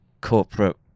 corporate